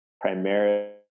primarily